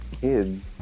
kids